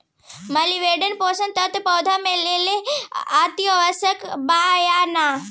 Molybdenum पोषक तत्व पौधा के लेल अतिआवश्यक बा या न?